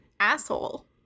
asshole